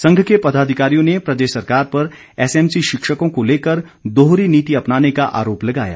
संघ के पदाधिकारियों ने प्रदेश सरकार पर एसएमसी शिक्षकों को लेकर दोहरी नीति अपनाने का आरोप लगाया